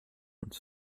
uns